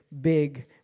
big